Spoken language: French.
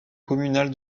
communale